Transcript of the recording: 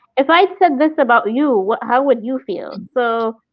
if i said this about you, how would you feel? so.